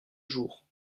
jours